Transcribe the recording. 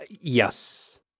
Yes